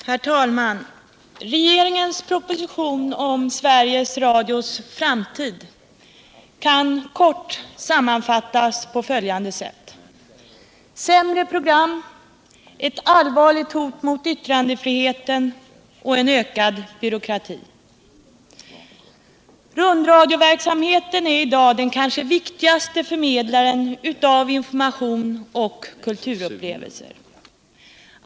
Herr talman! Regeringens proposition om Sveriges Radios framtid kan kort sammanfattas på följande sätt: sämre program, ett allvarligt hot mot yttrandefriheten och slutligen en ökad byråkrati. Rundradioverksamheten är i dag den kanske viktigaste förmedlaren av information och kulturupplevelser.